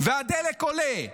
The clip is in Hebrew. והדלק עולה,